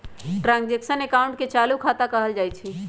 transaction अकाउंटे के चालू खता कहल जाइत हइ